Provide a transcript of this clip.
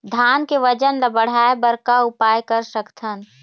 धान के वजन ला बढ़ाएं बर का उपाय कर सकथन?